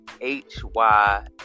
H-Y